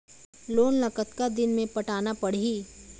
Loan ला कतका दिन मे पटाना पड़ही?